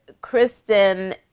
Kristen